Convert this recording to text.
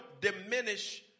diminish